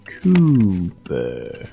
COOPER